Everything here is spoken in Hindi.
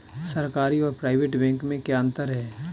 सरकारी और प्राइवेट बैंक में क्या अंतर है?